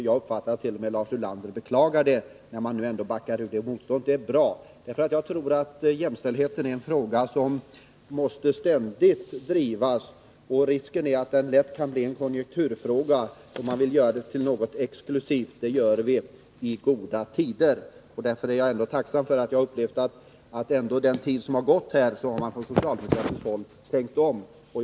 Jag uppfattar det så att Lars Ulander t.o.m. beklagar det, när man nu ändå backar från detta motstånd. Det är bra. Jagtror att jämställdheten är en fråga som ständigt måste drivas. Risken är att den lätt kan bli en konjunkturfråga — att jämställdhet blir något exklusivt, som vi arbetar för i goda tider. Jag är därför tacksam för att jag upplever det så att man från socialdemokratiskt håll har tänkt om under den tid som har gått.